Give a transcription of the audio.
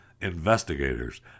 investigators